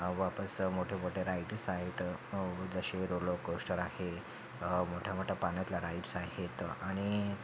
वापस मोठे मोठे राइटिस आहेत जसे रॉलोकोस्टर आहे मोठ्या मोठ्या पाण्यातल्या राईट्स आहेत आणि